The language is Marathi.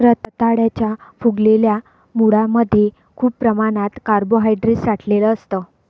रताळ्याच्या फुगलेल्या मुळांमध्ये खूप प्रमाणात कार्बोहायड्रेट साठलेलं असतं